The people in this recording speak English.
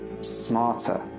smarter